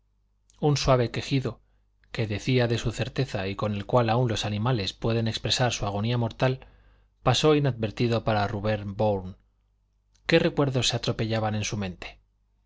un suave quejido que decía de su certeza y con el cual aun los animales pueden expresar su agonía mortal pasó inadvertido para rubén bourne qué recuerdos se atropellaban en su mente